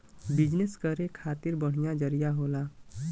business करे खातिर बढ़िया जरिया होला